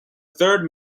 third